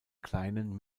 kleinen